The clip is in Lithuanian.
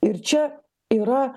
ir čia yra